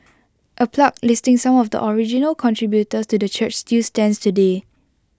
A plaque listing some of the original contributors to the church still stands today